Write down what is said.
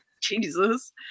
jesus